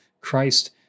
Christ